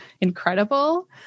incredible